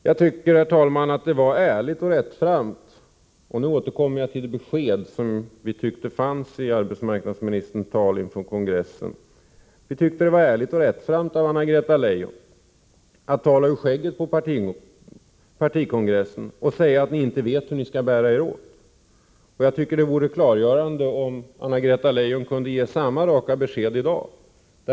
Jag tycker, herr talman, att det var ärligt och rättframt av Anna-Greta Leijon — och nu återkommer jag till det besked som vi tyckte fanns i arbetsmarknadsministerns tal inför kongressen — att tala ur skägget på partikongressen och säga att ni inte vet hur ni skall bära er åt. Jag tycker det vore klargörande om Anna-Greta Leijon kunde ge samma raka besked i dag.